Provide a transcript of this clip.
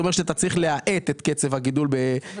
זה אומר שאתה צריך להאט את קצב הגידול ב-26',